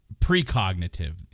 precognitive